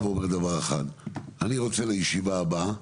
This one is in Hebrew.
לישיבה הבאה